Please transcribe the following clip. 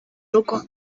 rugo